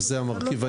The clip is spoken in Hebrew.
שזה המרכיב העיקרי.